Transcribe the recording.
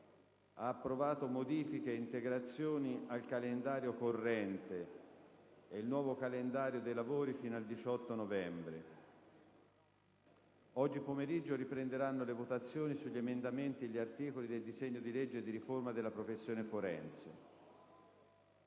ha approvato modifiche e integrazioni al calendario corrente e il nuovo calendario dei lavori fino al 18 novembre. Oggi pomeriggio riprenderanno le votazioni sugli emendamenti e gli articoli del disegno di legge di riforma della professione forense.